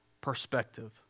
perspective